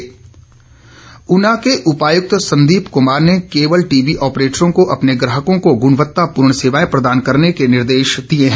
DC Una Una के उपायुक्त संदीप कुमार ने केबल टीवी ऑपरेटरों को अपने ग्राहकों को गुणवत्तापूर्ण सेवाएं प्रदान करने के निर्देश दिए हैं